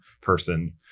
person